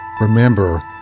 Remember